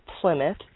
Plymouth